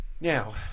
Now